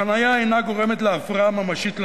החנייה אינה גורמת להפרעה ממשית לתנועה.